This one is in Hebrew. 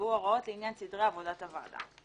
יקבעו הוראות לעניין סדרי עבודת הוועדה.